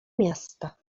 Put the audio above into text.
miasta